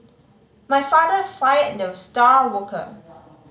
my father fired the star worker